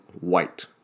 white